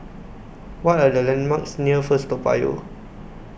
What Are The landmarks near First Toa Payoh